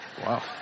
Wow